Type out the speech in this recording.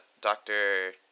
Doctor